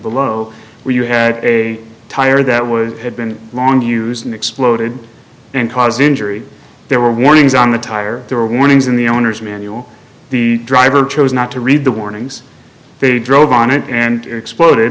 below where you had a tire that would have been drawn using exploded and cause injury there were warnings on the tire there were warnings in the owner's manual the driver chose not to read the warnings they drove on it and it exploded